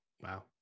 Wow